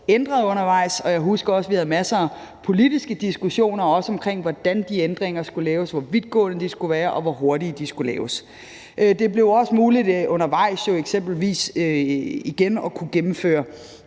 ændret undervejs. Jeg husker også, at vi havde masser af politiske diskussioner om, hvordan de ændringer skulle laves, hvor vidtgående de skulle være, og hvor hurtigt de skulle laves. Det blev jo også muligt undervejs eksempelvis